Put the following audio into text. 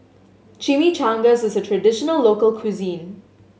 Chimichangas is a traditional local cuisine